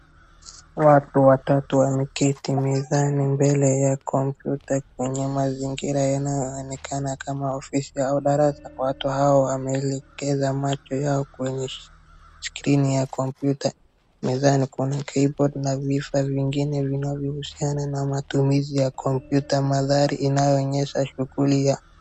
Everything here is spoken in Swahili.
Watu watatu wameketi mezani mbele ya computer kwenye mazingira yanayoonekana kama ofisi ya kandarasi watu hao wameelekeza macho yao kwenye screen ya computer , mezani kuna keyboard na vifaa vingine vinavyohusiana na matumizi computer mandhari inayoonyesha shughuli ya.